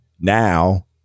now